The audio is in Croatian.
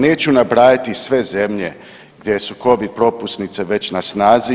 Neću nabrajati sve zemlje gdje su Covid propusnice već na snazi.